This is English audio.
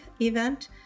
event